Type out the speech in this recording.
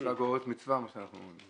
מצווה גוררת מצווה, כמו שאנחנו אומרים.